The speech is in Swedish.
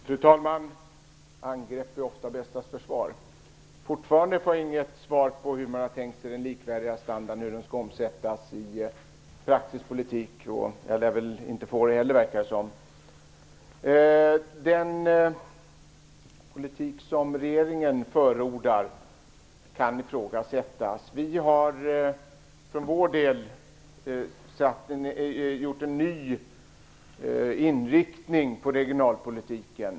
Fru talman! Angrepp är ofta bästa försvar. Fortfarande fick jag inget svar hur man har tänkt sig när det gäller likvärdig standard, hur det skall omsättas i praktisk politik. Jag lär väl inte få något svar heller. Den politik som regeringen förordar kan ifrågasättas. Vi har för vår del en ny inriktning på regionalpolitiken.